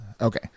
Okay